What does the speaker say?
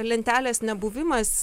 lentelės nebuvimas